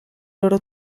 loro